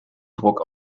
druck